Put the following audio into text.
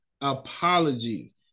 Apologies